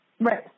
Right